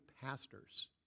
pastors